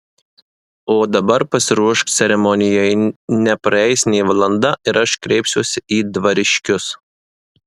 o dabar pasiruošk ceremonijai nepraeis nė valanda ir aš kreipsiuosi į dvariškius